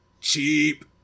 Cheap